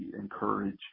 encourage